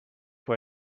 for